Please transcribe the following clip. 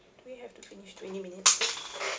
do we have to finish twenty minutes